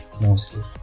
Mostly